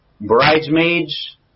bridesmaids